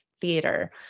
theater